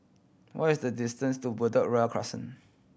what is the distance to Bedok Ria Crescent